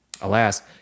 alas